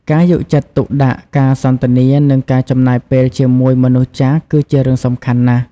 ការយកចិត្តទុកដាក់ ការសន្ទនា និងការចំណាយពេលជាមួយមនុស្សចាស់ គឺជារឿងសំខាន់ណាស់។